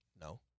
No